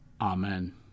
Amen